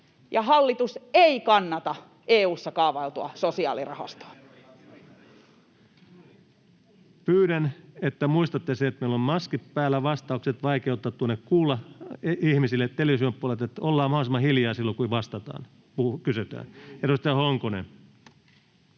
hallitus ei kannata EU:ssa kaavailtua sosiaalirahastoa. Pyydän, että muistatte sen, että meillä on maskit päällä, vastauksia on vaikea ihmisten kuulla television puolelta, joten ollaan mahdollisimman hiljaa silloin, kun kysytään. — Edustaja Honkonen.